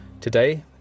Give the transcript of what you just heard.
Today